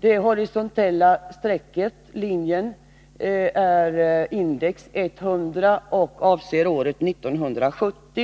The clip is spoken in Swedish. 1970-1979. Horisontellt markeras index 100, som avser år 1970.